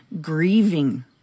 grieving